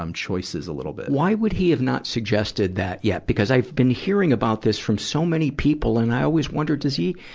um choices a little bit. why would he have not suggested that yet? because i've been hearing about this from so many people, and i always wondered does he,